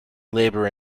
labor